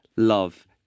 love